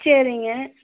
சரிங்க